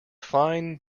fine